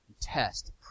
Test